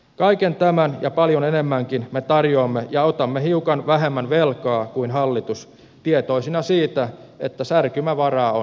kaiken tämän ja paljon enemmänkin me tarjoamme ja otamme hiukan vähemmän velkaa kuin hallitus tietoisina siitä että särkymävaraa on oltava